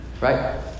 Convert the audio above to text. Right